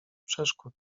przeszkód